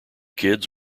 kids